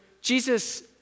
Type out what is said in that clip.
Jesus